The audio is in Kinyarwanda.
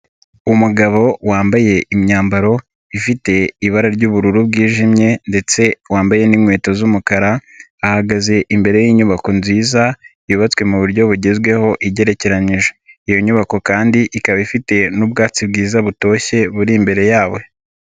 Umugabo wambaye imyambaro ifite ibara ry'ubururu bwijimye ndetse wambaye n'inkweto z'umukara, ahagaze imbere y'inyubako nziza yubatswe mu buryo bugezweho igerekeranyije. Iyo nyubako kandi ikaba ifite n'ubwubatsi bwiza butoshye buri imbere yawe.